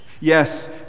Yes